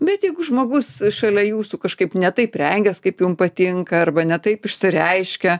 bet jeigu žmogus šalia jūsų kažkaip ne taip rengias kaip jum patinka arba ne taip išsireiškia